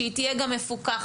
שהיא תהיה גם מפוקחת,